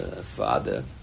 father